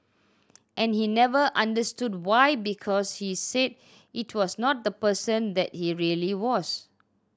and he never understood why because he said it was not the person that he really was